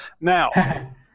Now